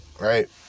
right